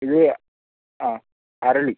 ഇത് ആ അരളി